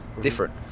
different